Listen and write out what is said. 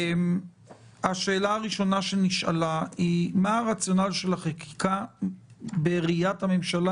השאלה הראשונה שנשאלה היא מה הרציונל של החקיקה בראיית הממשלה,